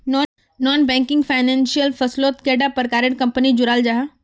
Non banking financial फसलोत कैडा प्रकारेर कंपनी जुराल जाहा?